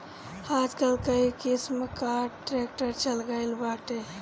आजकल कई किसिम कअ ट्रैक्टर चल गइल बाटे